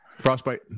Frostbite